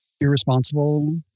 irresponsible